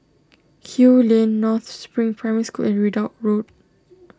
Kew Lane North Spring Primary School and Ridout Road